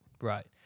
right